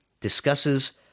discusses